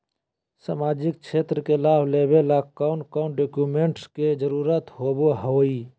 सामाजिक क्षेत्र के लाभ लेबे ला कौन कौन डाक्यूमेंट्स के जरुरत होबो होई?